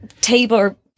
table